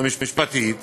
המשפטית